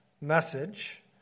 message